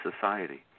society